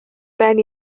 ben